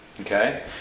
Okay